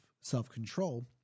self-control